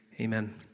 Amen